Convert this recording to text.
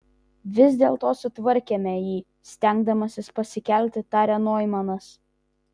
vis dėlto sutvarkėme jį stengdamasis pasikelti tarė noimanas